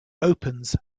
opens